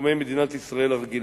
בתחומי מדינת ישראל הרגילים.